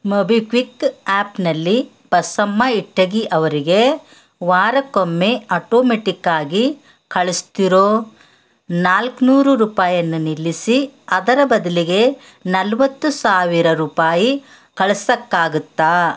MobiKwik ಆ್ಯಪ್ನಲ್ಲಿ ಬಸಮ್ಮ ಇಟ್ಟಗಿ ಅವರಿಗೆ ವಾರಕ್ಕೊಮ್ಮೆ ಅಟೋಮೆಟ್ಟಿಕ್ಕಾಗಿ ಕಳಿಸ್ತಿರೋ ನಾಲ್ಕುನೂರು ರೂಪಾಯನ್ನ ನಿಲ್ಲಿಸಿ ಅದರ ಬದಲಿಗೆ ನಲ್ವತ್ತು ಸಾವಿರ ರೂಪಾಯಿ ಕಳ್ಸಕ್ಕಾಗುತ್ತಾ